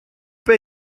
pas